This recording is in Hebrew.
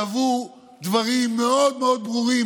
קבעו דברים מאוד מאוד ברורים.